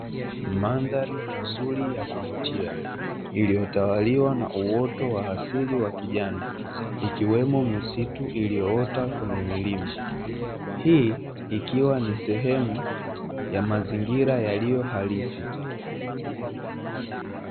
Mandhari nzuri ya kuvutia, iliyotawaliwa na uoto wa asili wa kijani, ikiwemo misitu iliyoota kwenye milima. Hii ikiwa ni sehemu, ya mazingira yaliyo halisi.